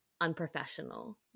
unprofessional